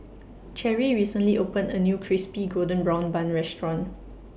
Cherry recently opened A New Crispy Golden Brown Bun Restaurant